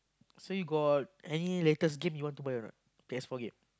so you got any letters gift you want to buy not case I forget